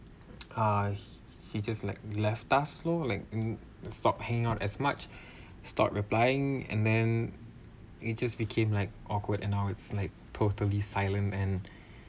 uh he just like left us lor like mm stop hang out as much stopped replying and then it just became like awkward and now it's like totally silent and